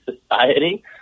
society